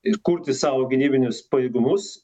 ir kurti savo gynybinius pajėgumus